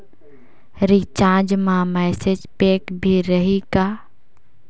Recharge मा message pack भी रही का?